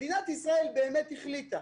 מדינת ישראל באמת החליטה,